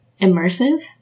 immersive